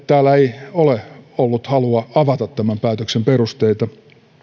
täällä ei ole ollut halua avata tämän päätöksen perusteita